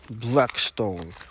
Blackstone